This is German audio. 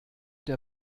der